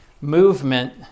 movement